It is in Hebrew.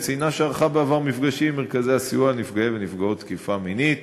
וציינה שערכה בעבר מפגשים עם מרכזי הסיוע לנפגעי ונפגעות תקיפה מינית.